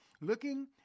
Looking